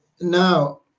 Now